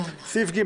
אלה שתי הצעות שעברו